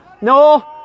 No